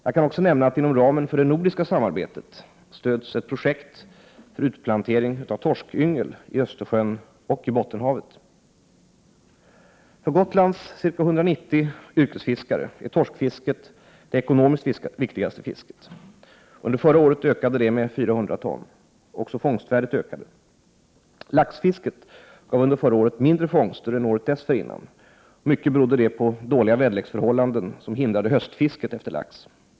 Jag kan också nämna att inom ramen för det nordiska samarbetet stöds ett projekt för utplantering av torskyngel i Östersjön och Bottenhavet. För Gotlands ca 190 yrkesfiskare är torskfisket det ekonomiskt viktigaste fisket. Under förra året ökade det med 400 ton. Även fångstvärdet ökade. Laxfisket gav under förra året mindre fångster än året dessförinnan, mycket beroende på dåliga väderleksförhållanden som hindrade höstfisket efter lax.